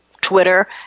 Twitter